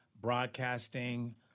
broadcasting